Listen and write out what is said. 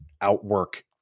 outwork